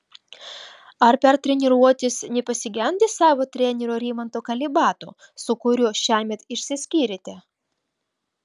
ar per treniruotes nepasigendi savo trenerio rimanto kalibato su kuriuo šiemet išsiskyrėte